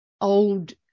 old